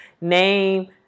name